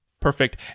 Perfect